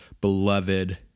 beloved